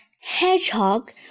Hedgehog